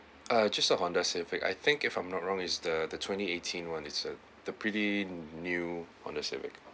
ah just a Honda civic I think if I'm not wrong is the the twenty-eighteen one is the pretty new Honda civic